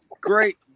Great